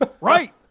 Right